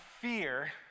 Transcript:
fear